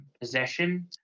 possession